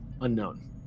unknown